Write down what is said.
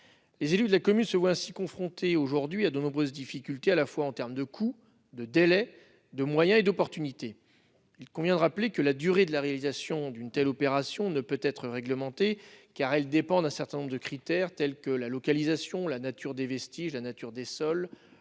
Les élus de la commune se voient ainsi confrontés à de nombreuses difficultés à la fois en termes de coûts, de délais de moyens et d'opportunités. Il convient de rappeler que la durée de la réalisation d'une telle opération ne peut être réglementée, car elle dépend d'un certain nombre de critères tels que la localisation, la nature des vestiges, la nature des sols,